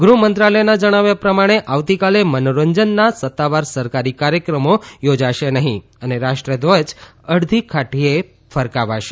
ગૃહ મંત્રાલયના જણાવ્યા પ્રમાણે આવતીકાલે મનોરંજનના સત્તાવાર સરકારી કાર્યક્રમો યોજાશે નહીં અને રાષ્ટ્રધ્વજ અડધી કાઠીએ ફરકાવાશે